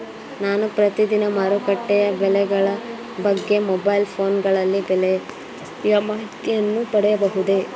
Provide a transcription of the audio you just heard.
ನಾನು ಪ್ರತಿದಿನ ಮಾರುಕಟ್ಟೆಯ ಬೆಲೆಗಳ ಬಗ್ಗೆ ಮೊಬೈಲ್ ಫೋನ್ ಗಳಲ್ಲಿ ಬೆಲೆಯ ಮಾಹಿತಿಯನ್ನು ಪಡೆಯಬಹುದೇ?